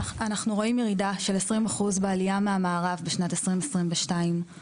אנחנו רואים ירידה של 20 אחוז מהעלייה מהמערב בשנת 2022 ואנחנו